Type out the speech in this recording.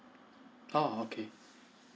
oh okay